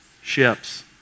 Ships